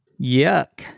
Yuck